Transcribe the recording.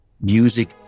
music